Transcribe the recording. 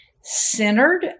centered